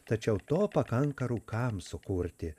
tačiau to pakanka rūkams sukurti